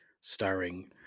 starring